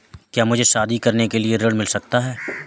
क्या मुझे शादी करने के लिए ऋण मिल सकता है?